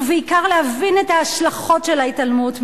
ובעיקר להבין את ההשלכות של ההתעלמות ממנו.